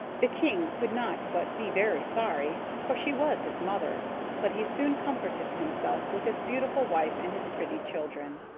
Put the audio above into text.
the king could not but be very sorry, for she was his mother but he soon comforted himself with his beautiful wife and his pretty children.